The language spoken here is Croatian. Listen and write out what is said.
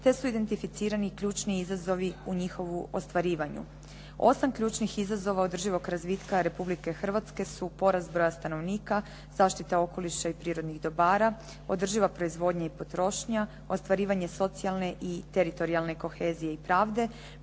te su indetificirani ključni izazovi u njihovu ostvarivanju. 8 ključnih izazova održivog razvitka Republike Hrvatske su porast broja stanovnika, zaštita okoliša i prirodnih dobara, održiva proizvodnja i potrošnja, ostvarivanje socijalne i teritorijalne kohezije i pravde,